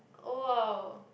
!wow!